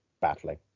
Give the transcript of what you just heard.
battling